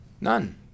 None